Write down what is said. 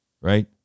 Right